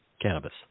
cannabis